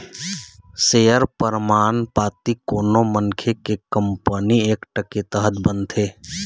share परमान पाती कोनो मनखे के कंपनी एक्ट के तहत बनथे